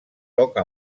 toca